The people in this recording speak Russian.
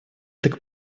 так